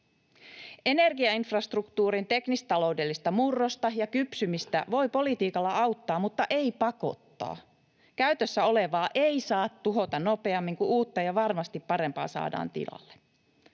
Energiainfrastruktuurin teknis-taloudellista murrosta ja kypsymistä voi politiikalla auttaa, mutta ei pakottaa. Käytössä olevaa ei saa tuhota nopeammin kuin uutta ja varmasti parempaa saadaan tilalle.